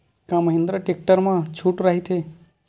का महिंद्रा टेक्टर मा छुट राइथे?